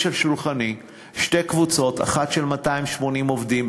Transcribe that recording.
יש על שולחני שתי קבוצות: אחת של 280 עובדים,